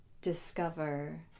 discover